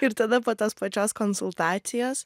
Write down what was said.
ir tada po tos pačios konsultacijos